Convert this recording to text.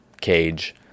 cage